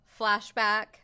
flashback